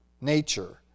nature